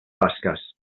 basques